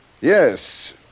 Yes